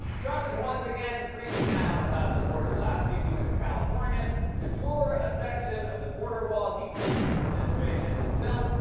trump is once again freaking out about the border. last week he went to california to tour a section of the border wall he claims his administration has built.